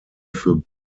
für